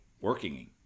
working